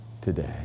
today